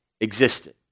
existed